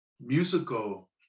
musical